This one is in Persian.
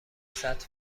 سطل